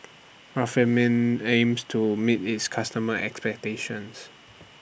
aims to meet its customers' expectations